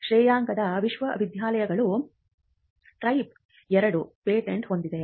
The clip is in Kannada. ಶ್ರೇಯಾಂಕದ ವಿಶ್ವವಿದ್ಯಾಲಯಗಳು ಟೈಪ್ 2 ಪೇಟೆಂಟ್ ಹೊಂದಿವೆ